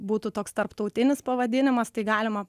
būtų toks tarptautinis pavadinimas tai galima